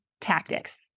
tactics